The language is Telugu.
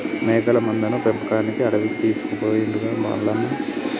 మేకల మందను మేపడానికి అడవికి తీసుకుపోయిండుగా మల్లన్న